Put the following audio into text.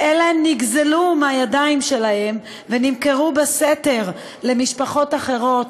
ואלה נגזלו מהידיים שלהם ונמכרו בסתר למשפחות אחרות,